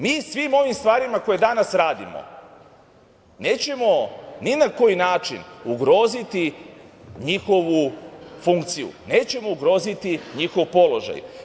Mi svim ovim stvarima koje danas radimo nećemo ni na koji način ugroziti njihovu funkciju, nećemo ugroziti njihov položaj.